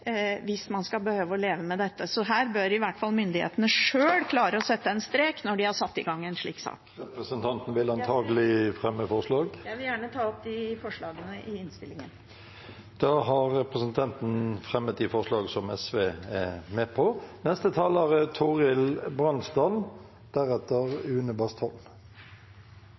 å leve med dette. Her bør i hvert fall myndighetene sjøl klare å sette en strek når de har satt i gang en slik sak. Representanten vil antakelig fremme forslag? Jeg vil gjerne ta opp de forslagene SV er alene om i innstillingen. Representanten Karin Andersen har da tatt opp de